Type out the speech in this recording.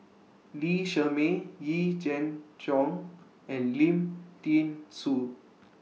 Lee Shermay Yee Jenn Jong and Lim Thean Soo